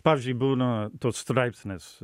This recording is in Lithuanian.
pavyzdžiui būna toks straipsnis